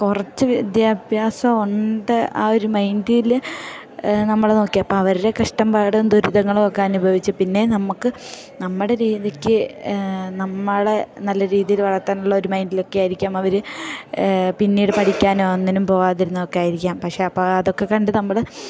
കുറച്ച് വിദ്യാഭ്യാസം ഉണ്ട് ആ ഒരു മൈൻഡില് നമ്മളെ നോക്കി അപ്പം അവരുടെ കഷ്ടപാടും ദുരിതങ്ങളും ഒക്കെ അനുഭവിച്ച് പിന്നെ നമുക്ക് നമ്മുടെ രീതിക്ക് നമ്മളെ നല്ല രീതിയില് വളർത്താനുള്ള ഒരു മൈൻഡിലൊക്കെ ആയിരിക്കാം അവര് പിന്നീട് പഠിക്കാനോ ഒന്നിനും പോകാതിരുന്നതൊക്കെ ആയിരിക്കാം പക്ഷെ അപ്പം അതൊക്കെ കണ്ട് നമ്മള്